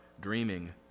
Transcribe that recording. dreaming